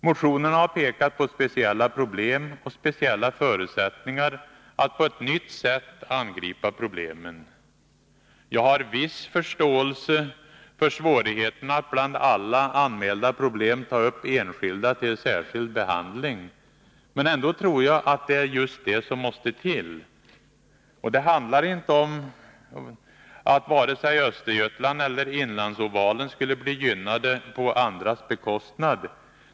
Motionerna har pekat på speciella problem och speciella förutsättningar att på ett nytt sätt angripa problemen. Jag har viss förståelse för svårigheterna att bland alla anmälda problem ta upp enskilda till särskild behandling. Men ändå tror jag att det är just det som måste till. Det handlar inte om att vare sig Östergötland eller Inlandsovalen skulle bli gynnade på andras bekostnad.